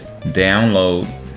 Download